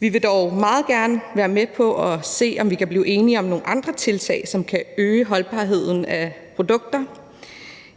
Vi vil dog meget gerne være med på at se på, om vi kan blive enige om nogle andre tiltag, som kan øge holdbarheden af produkter.